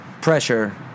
pressure